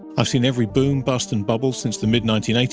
i've seen every boom, bust, and bubble since the mid nineteen eighty